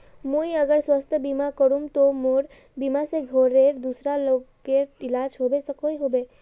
मुई अगर स्वास्थ्य बीमा करूम ते मोर बीमा से घोरेर दूसरा लोगेर इलाज होबे सकोहो होबे?